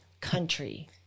country